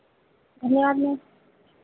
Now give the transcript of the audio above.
धन्यवाद मैम